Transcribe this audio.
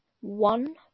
one